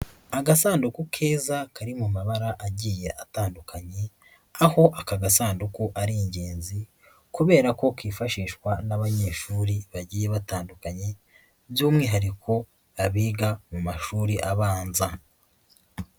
Agasanduku keza kari mu mabara agiye atandukanye, aho aka gasanduku ari ingenzi, kubera ko kifashishwa n'abanyeshuri bagiye batandukanye, by'umwihariko abiga mu mashuri abanza.